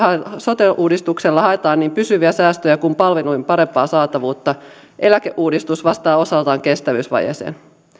sote uudistuksella haetaan niin pysyviä säästöjä kuin palveluiden parempaa saatavuutta eläkeuudistus vastaa osaltaan kestävyysvajeeseen